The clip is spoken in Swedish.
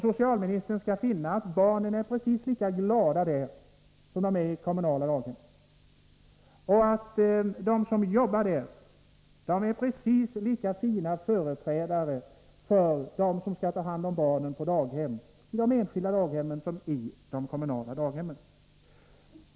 Socialministern skulle finna att barnen där är precis lika glada som de är i de kommunala daghemmen och att de som arbetar där är precis lika fina som de som tar hand om barnen på de kommunala daghemmen.